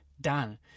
done